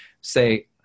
say